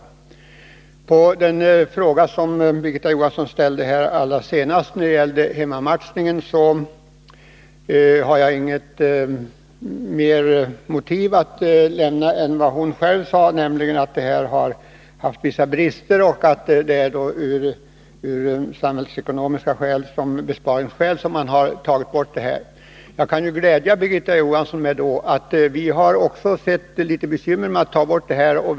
Beträffande den fråga som Birgitta Johansson ställde allra sist angående hemmamatchningen kan jag inte ange något annat motiv än det hon själv angav, nämligen att stödet haft vissa brister. Av bl.a. samhällsekonomiska besparingsskäl har man tagit bort det. Jag vill glädja Birgitta Johansson med att säga att även vi anser det bekymmersamt att ta bort detta stöd.